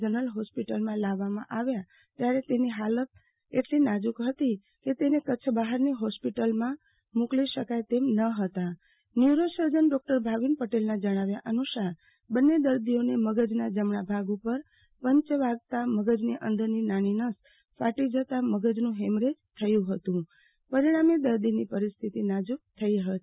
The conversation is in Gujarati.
જનરલમાં લાવવામાં આવ્યા ત્યારે તેમની હાલત એટલી નાજુક તી કે કચ્છ બહારની હોસ્પિટલમાં મુકી શકાય તેમ ન હતા ન્યુ રોસર્જન ડો ભાવિન પટેલનાં જણાવ્યા અનુ સાર બંને દર્દીઓને મગજનાજમણા ભાગ ઉપર પંચ વાગતા મગજની અંદરની નાની નસ ફાટી જતા મગજનું હેમરેજથયું હતું પરિણામે દર્દીની પરીસ્થિતિ નાજુક થઇ ગઈ હતી